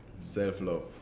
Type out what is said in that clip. self-love